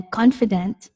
confident